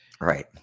Right